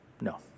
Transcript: No